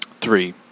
Three